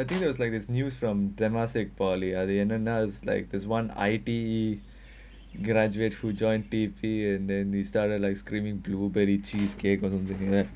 I think there was like this news from temasek polytechnic and then now there's [one] I_T_E graduate who joined T_P and then they started like screaming blueberry cheesecake or something that